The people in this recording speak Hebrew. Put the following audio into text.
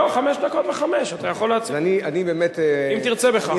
לא, חמש דקות וחמש דקות, אתה יכול, אם תרצה בכך.